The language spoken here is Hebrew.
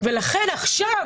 לכן עכשיו,